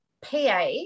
PA